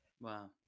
Wow